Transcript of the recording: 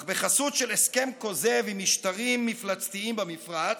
אך בחסות של הסכם כוזב עם משטרים מפלצתיים במפרץ,